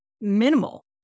minimal